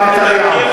מר נתניהו,